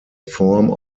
form